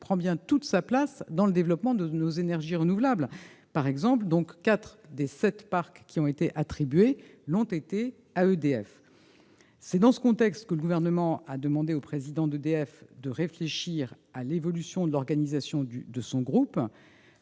prend toute sa place dans le développement de nos énergies renouvelables. Par exemple, quatre des sept parcs éoliens offshore ont été attribués à EDF. C'est dans ce contexte que le Gouvernement a demandé au président d'EDF de réfléchir à l'évolution de l'organisation du groupe,